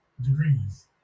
degrees